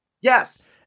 Yes